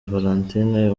valentine